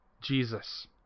Jesus